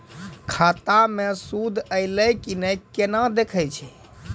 खाता मे सूद एलय की ने कोना देखय छै?